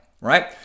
right